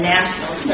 National